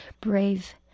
brave